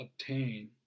obtain